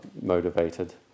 motivated